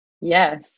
Yes